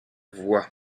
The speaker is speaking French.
voix